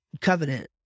covenant